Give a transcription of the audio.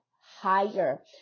higher